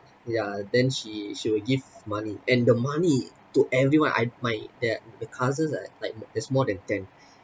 ya then she she will give money and the money to everyone I might that the cousins are like there's more than ten